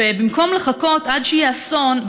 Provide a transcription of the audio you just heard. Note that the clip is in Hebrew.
ובמקום לחכות עד שיהיה אסון,